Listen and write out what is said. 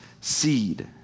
seed